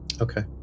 Okay